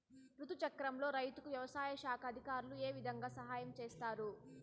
రుతు చక్రంలో రైతుకు వ్యవసాయ శాఖ అధికారులు ఏ విధంగా సహాయం చేస్తారు?